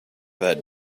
that